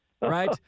right